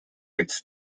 its